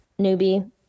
newbie